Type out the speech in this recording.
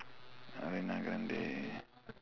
ariana grande